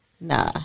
Nah